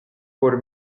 por